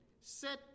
set